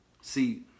See